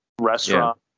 restaurant